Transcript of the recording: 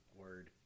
Word